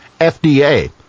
FDA